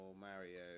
Mario